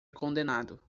condenado